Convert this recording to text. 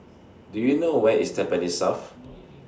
Do YOU know Where IS Tampines South